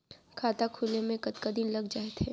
खाता खुले में कतका दिन लग जथे?